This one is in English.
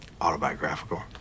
Autobiographical